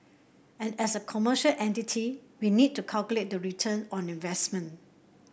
and as a commercial entity we need to calculate the return on investment